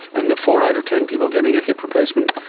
and the four out of ten people getting a hip replacement,